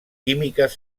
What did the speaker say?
químiques